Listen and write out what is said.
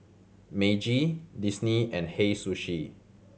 Meiji Disney and Hei Sushi